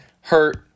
hurt